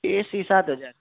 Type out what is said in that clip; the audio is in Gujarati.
એસી સાત હજાર